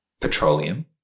petroleum